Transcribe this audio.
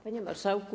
Panie Marszałku!